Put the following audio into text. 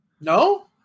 No